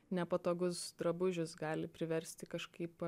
nepatogus drabužis gali priversti kažkaip